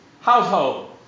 household